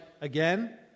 again